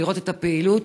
ולראות את הפעילות,